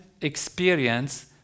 experience